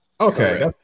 Okay